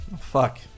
fuck